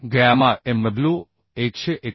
gamma mw189